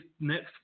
next